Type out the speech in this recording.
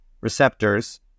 receptors